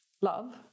love